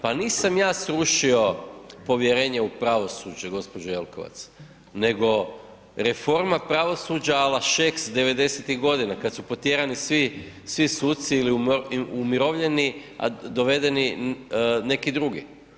Pa nisam ja srušio povjerenje u pravosuđe gospođo Jelkovac, nego reforma pravosuđa a la Šeks '90.-tih godina kad su potjerani svi suci ili umirovljeni, a dovedeni neki drugi.